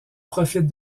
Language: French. profitent